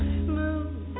smooth